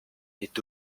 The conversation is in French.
est